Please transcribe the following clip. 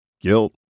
Guilt